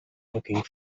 looking